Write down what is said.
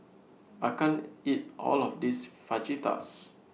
I can't eat All of This Fajitas